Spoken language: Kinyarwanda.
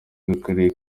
bw’akarere